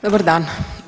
Dobar dan.